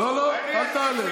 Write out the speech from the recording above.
לא, אל תעלה.